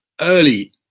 early